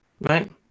Right